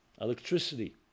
Electricity